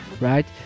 right